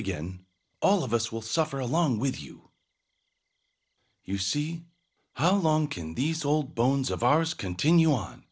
again all of us will suffer along with you you see how long can these old bones of ours continue on